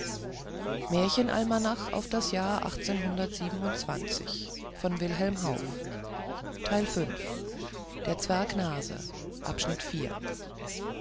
sich auf das